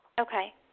Okay